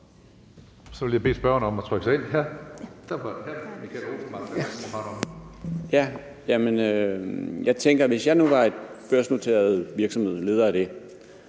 Så vil jeg bede spørgeren om at trykke sig ind.